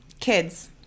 Kids